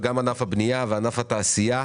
ענף הבנייה ולענף התעשייה.